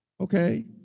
Okay